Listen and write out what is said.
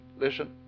listen